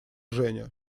женя